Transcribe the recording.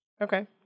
Okay